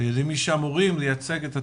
מי שאמורים לייצג את התורה,